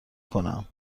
کنم